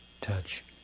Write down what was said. touch